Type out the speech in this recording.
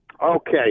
Okay